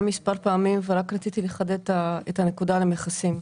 מספר פעמים ורציתי לחדד בעניין המכסים.